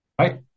right